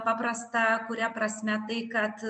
paprasta kuria prasme tai kad